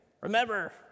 Remember